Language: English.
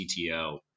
CTO